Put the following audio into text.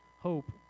hope